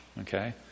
okay